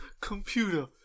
Computer